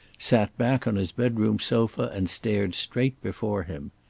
sat back on his bedroom sofa and stared straight before him.